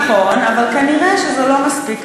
נכון, אבל כנראה זה לא מספיק.